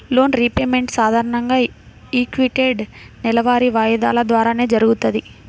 loan repayment సాధారణంగా equated నెలవారీ వాయిదాల ద్వారానే జరుగుతది